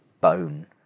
bone